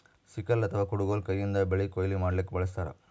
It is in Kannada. ಸಿಕಲ್ ಅಥವಾ ಕುಡಗೊಲ್ ಕೈಯಿಂದ್ ಬೆಳಿ ಕೊಯ್ಲಿ ಮಾಡ್ಲಕ್ಕ್ ಬಳಸ್ತಾರ್